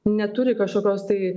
neturi kažkokios tai